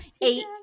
Eight